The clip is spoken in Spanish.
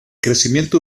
crecimiento